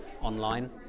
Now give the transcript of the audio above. online